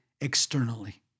externally